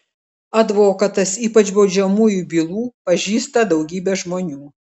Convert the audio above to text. advokatas ypač baudžiamųjų bylų pažįsta daugybę žmonių